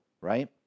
right